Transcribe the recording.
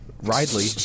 Ridley